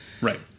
right